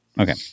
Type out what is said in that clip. Okay